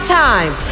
time